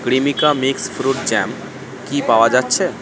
Cremica mix fruit jam কি পাওয়া যাচ্ছে